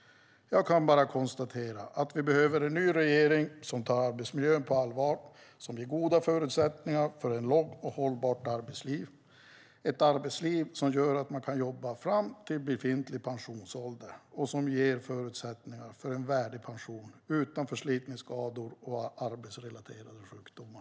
Jag kan bara konstatera att vi behöver en ny regering som tar arbetsmiljön på allvar, som ger goda förutsättningar för ett långt och hållbart arbetsliv, ett arbetsliv som gör att man kan jobba fram till befintlig pensionsålder och som ger förutsättningar för en värdig pension utan förslitningsskador och arbetsrelaterade sjukdomar.